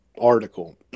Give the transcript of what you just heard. article